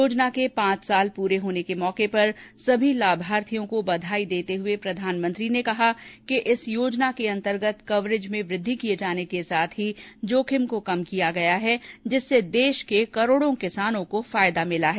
योजना के पांच साल पूरे होने पर सभी लाभार्थियों को बधाई देते हए प्रधानमंत्री ने कहा कि इस योजना के अन्तर्गत कवरेज में वृद्धि किए जाने के साथ ही जोखिम को कम किया गया है जिससे देश के करोड़ों किसानों को फायदा मिला है